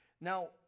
Now